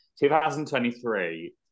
2023